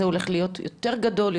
זה הולך להיות יותר גדול,